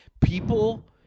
people